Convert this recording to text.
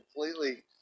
completely